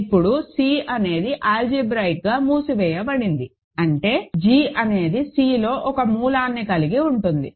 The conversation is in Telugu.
ఇప్పుడు C అనేది ఆల్జీబ్రాయిక్ గా మూసివేయబడింది అంటే g అనేది Cలో ఒక మూలాన్ని కలిగి ఉంటుంది